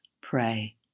pray